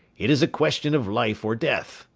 it is a question of life or death.